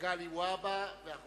מגלי והבה, בבקשה.